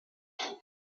das